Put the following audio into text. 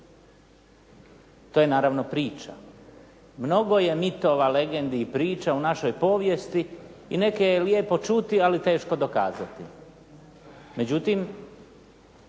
To je naravno priča. Mnogo je mitova, legendi i priča u našoj povijesti i neke je lijepo čuti, ali teško dokazati. Međutim,